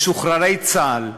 משוחררי צה"ל,